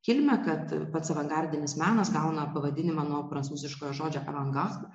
kilmę kad pats avangardinis menas gauna pavadinimą nuo prancūziškojo žodžio avangard